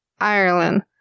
Ireland